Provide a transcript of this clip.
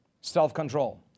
Self-control